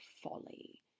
folly